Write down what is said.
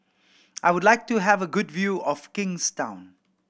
I would like to have a good view of Kingstown